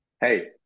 hey